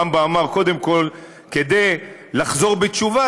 הרמב"ם אמר: כדי לחזור בתשובה,